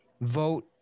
vote